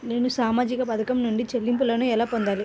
నేను సామాజిక పథకం నుండి చెల్లింపును ఎలా పొందాలి?